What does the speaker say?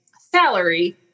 salary